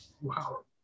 Wow